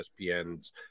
ESPN's